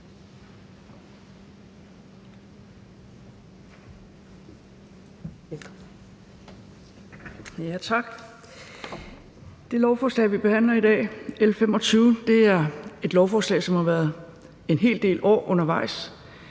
Det lovforslag, vi behandler i dag, L 25, er et lovforslag, som har været en hel del år undervejs.